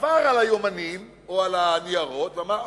עבר על היומנים או על הניירות ואמר,